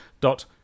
dot